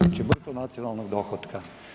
Znači bruto nacionalnog dohotka.